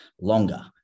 longer